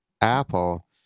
Apple